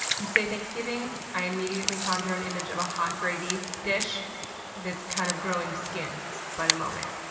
you say, thanksgiving, i immediately conjure an image of a hot gravy dish that's kind of growing skin by the moment.